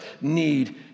need